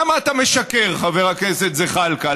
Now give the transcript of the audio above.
למה אתה משקר, חבר הכנסת זחאלקה?